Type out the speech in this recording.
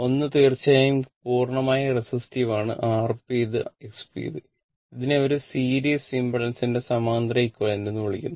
അതായത് series impedance എന്ന് വിളിക്കുന്നു